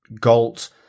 galt